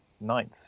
ninth